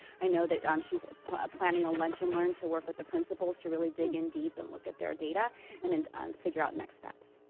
i know that yeah um she's planning a lunch and learn to work with the principals to really dig in deep and look at their data and and figure out the next steps.